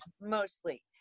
mostly